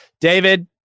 David